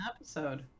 episode